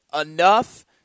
enough